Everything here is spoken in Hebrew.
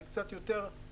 אולי זה קצת יותר מורכב,